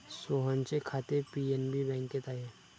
सोहनचे खाते पी.एन.बी बँकेत आहे